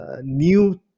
new